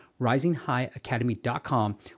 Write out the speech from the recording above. RisingHighAcademy.com